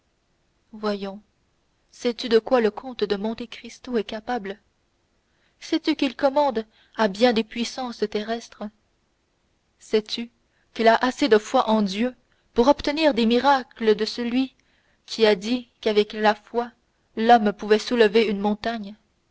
voyons sais-tu de quoi le comte de monte cristo est capable sais-tu qu'il commande à bien des puissances terrestres sais-tu qu'il a assez de foi en dieu pour obtenir des miracles de celui qui a dit qu'avec la foi l'homme pouvait soulever une montagne